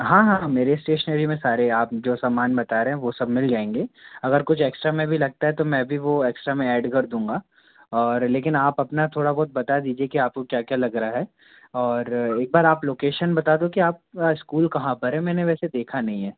हाँ हाँ मेरे स्टेसनरी में सारे आप जो समान बता रहे हैं वो सब मिल जाएंगे अगर कुछ एक्स्ट्रा में भी लागत है तो मैं भी वो एक्स्ट्रा में ऐड कर दूँगा और लेकिन आप अपना थोड़ा बहुत बता दीजिए कि आपको क्या क्या लग रहा है और एक बार आप लोकेशन बता दो कि आप स्कूल कहाँ पर है मैंने वैसे देखा नहीं है